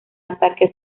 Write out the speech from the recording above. ataque